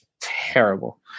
Terrible